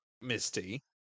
Misty